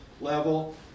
level